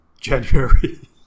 January